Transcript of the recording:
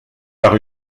par